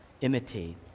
imitate